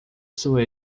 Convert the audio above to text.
sua